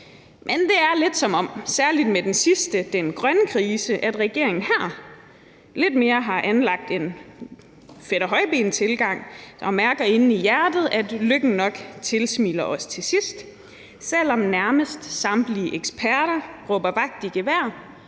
Men det er lidt, som om, særlig med den sidste krise, den grønne krise, regeringen her lidt mere har anlagt en Fætter Højben-tilgang og mærker inde i hjertet, at lykken nok tilsmiler os til sidst, selv om nærmest samtlige eksperter råber vagt i gevær